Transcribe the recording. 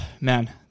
man